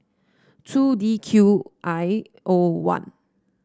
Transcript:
two D Q I O one